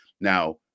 Now